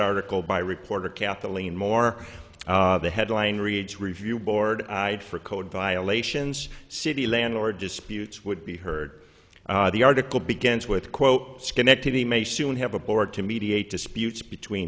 article by reporter kathleen more the headline reads review board had for code violations city landlord disputes would be heard the article begins with quote schenectady may soon have a board to mediate disputes between